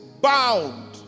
Bound